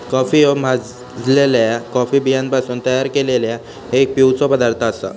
coffee ह्यो भाजलल्या coffee बियांपासून तयार केललो एक पिवचो पदार्थ आसा